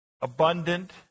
abundant